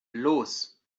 los